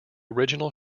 original